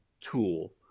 tool